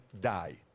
die